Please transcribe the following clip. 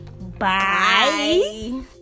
bye